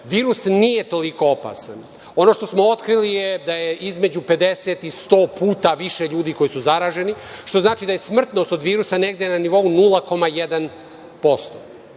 toga. Virus nije toliko opasan. Ono što smo otkrili je da je između 50 i 100 puta više ljudi koji su zaraženi, što znači da je smrtnost od virusa negde na nivou od 0,1%.